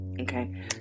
okay